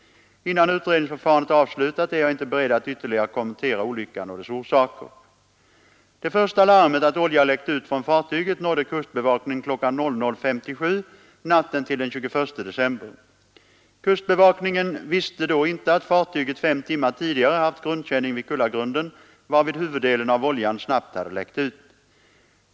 Innan utredningsförfarandet är avslutat är jag inte beredd att ytterligare kommentera olyckan och dess orsaker. Det första larmet att olja läckt ut från fartyget nådde kustbevakningen kl. 00.57 natten till den 21 december. Kustbevakningen visste då inte att fartyget fem timmar tidigare haft grundkänning vid Kullagrunden, varvid huvuddelen av oljan snabbt hade läckt ut.